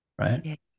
Right